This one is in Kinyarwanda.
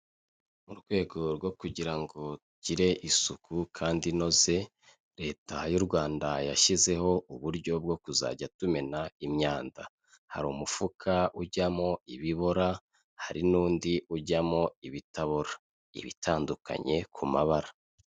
Mu rwego rwo kugirango tugire isuku kandi inoze, leta y'u Rwanda yashyizeho uburyo bwo kuzajya tumena imyanda, hari umufuka ujyamo ibibora hari n'undi ujyamo ibitabora, iba itandukanye ku mabara.